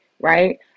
right